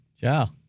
Ciao